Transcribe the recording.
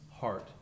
heart